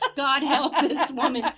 ah god help and this woman.